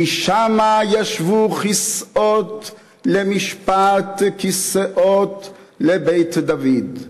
כי שמה ישבו כסאות למשפט, כסאות לבית דוד.